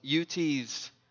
UT's